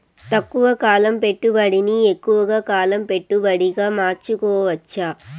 తక్కువ కాలం పెట్టుబడిని ఎక్కువగా కాలం పెట్టుబడిగా మార్చుకోవచ్చా?